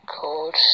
called